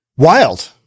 wild